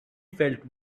felt